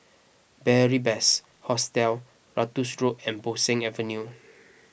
Beary Best Hostel Ratus Road and Bo Seng Avenue